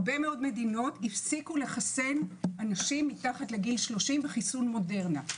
הפסיקו לחסן אנשים מתחת לגיל 30 בחיסון מודרנה.